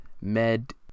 Med